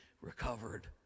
recovered